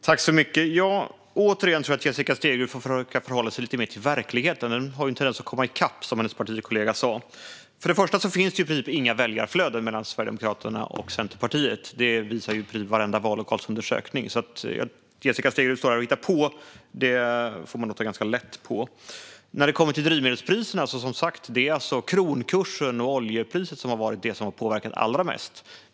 Fru talman! Återigen tror jag att Jessica Stegrud får försöka förhålla sig lite mer till verkligheten. Den har ju en tendens att komma i kapp, som hennes partikollega sa. Till att börja med finns det i princip inga väljarflöden mellan Sverigedemokraterna och Centerpartiet. Det visar i princip varenda vallokalsundersökning. Det Jessica Stegrud står här och hittar på får man nog ta ganska lätt på. När det kommer till drivmedelspriserna är det som sagt kronkursen och oljepriset som har påverkat allra mest.